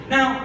Now